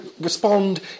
respond